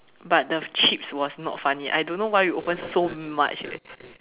but the chips was not funny I don't know why we open so much leh